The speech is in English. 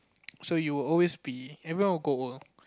so you will also be everyone will grow old